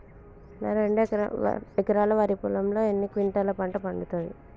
నా రెండు ఎకరాల వరి పొలంలో ఎన్ని క్వింటాలా పంట పండుతది?